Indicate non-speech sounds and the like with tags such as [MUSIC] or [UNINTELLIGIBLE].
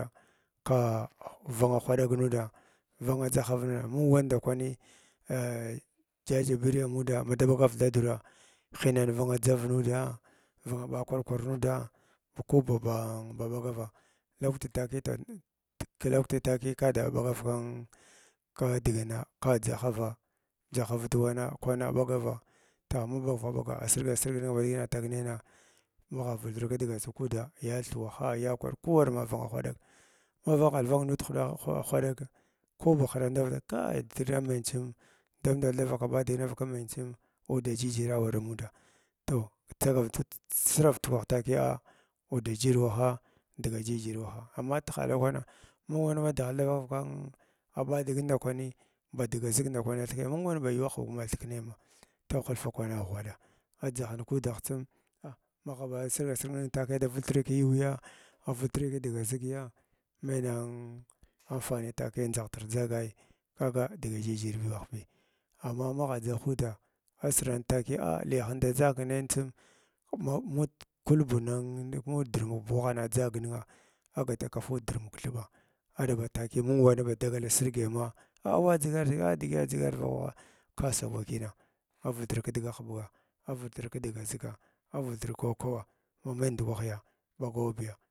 Ka vanga hwaɗag nuda vanga dgahar nuda kwanda kwani uhm mung wanda kwani [HESITATION] jajibiri anuda mada ɓagar thaɗurahinan vanga dʒavg uda vanga ɓa kwar kwar nuda koba bau ba ɓagava lakwti takiy jak [UNINTELLIGIBLE] lakwah takiya kabada ɓagava kin kin nidigna ka dʒahava dʒahavtuwa wana kwang bagava ma ɓagava ɓaga asirga sirg ba dum nidigi ina tag nayna maghe valtr kdga ʒig kuda ya thuwaha ya kwar kwar kuwar mavana hwaɗag me vanghit vang nud huɓa hwadagn ko ba hra andavgan kai thra menye tsin ndan-ndal davaka ba digina vaka meng tsim uuda jijira wara anuda toh tsa sirav tukwah takiya uda jira uwaha dga jijiri ma dighal dvacaka kwana mung wani ma gighal dvavaka ɓa digin ndakwanii badiga zig ndakwani athiknaya atung wan bada huɓg athiknayna toh hulfa kwana ghwaɗa adʒahant kudagh tsim vultti ki yuuya, avultri kidiga zigiya man nan faniya takiya dʒahtr dʒagai kaga daa jijir bi wahibi amma magh dʒahuda asiran takiya ah thiyahan inda dʒag nayin tsim ma nud kulbu nin nin ko drmil buwaa waghna dʒag ningi a gata kaful drmi thiba aɗaba takiya mung wana da ba dagali sirgai ma ah awadʒigar dʒiʒa a digi adzligar vakwaha ka sagan king avultr kdga huɓga avultr kdga ziga avultr kokuwa ma mai ndu kwahi bagwarbiya.